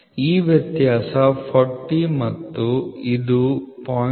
ಈ ವ್ಯತ್ಯಾಸ 40 ಮತ್ತು ಇದು 0